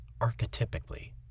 archetypically